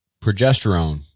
progesterone